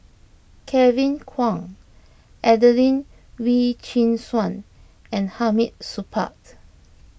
Kevin Kwan Adelene Wee Chin Suan and Hamid Supaat